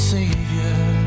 Savior